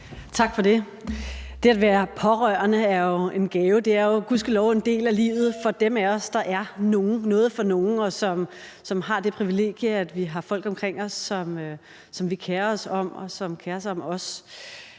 Tak for det. Det at være pårørende er jo en gave. Det er jo gudskelov en del af livet for dem af os, der er noget for nogen, og som har det privilegie, at vi har folk omkring os, som vi kerer os om, og som kerer sig om os.